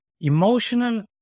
emotional